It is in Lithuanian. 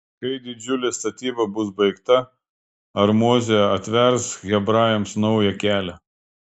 kai didžiulė statyba bus baigta ar mozė atvers hebrajams naują kelią